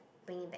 bring it back